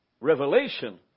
revelation